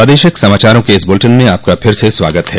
प्रादेशिक समाचारों के इस बुलेटिन में आपका फिर से स्वागत है